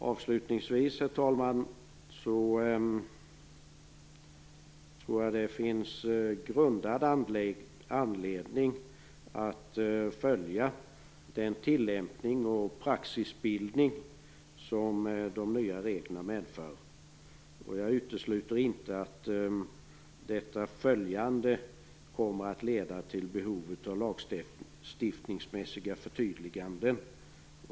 Avslutningsvis, herr talman, vill jag säga att jag tror att det finns grundad anledning att följa den tilllämpning och praxisbildning som de nya reglerna medför. Jag utesluter inte att detta följande leder till behov av lagstiftningsmässiga förtydliganden.